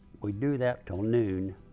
we'd do that until noon.